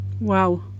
Wow